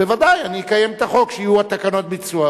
בוודאי, אני אקיים את החוק כשיהיו תקנות הביצוע.